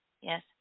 Yes